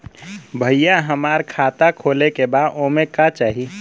भईया हमार खाता खोले के बा ओमे का चाही?